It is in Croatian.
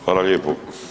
Hvala lijepo.